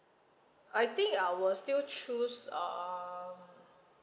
I think I will still choose um